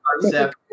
concept